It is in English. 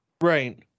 Right